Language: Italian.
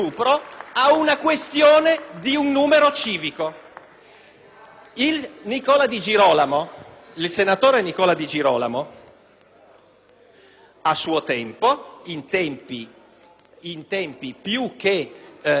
Il senatore Nicola Di Girolamo, all'epoca, in tempi più che regolari, ha chiesto di trasferire la propria residenza